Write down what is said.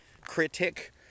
critic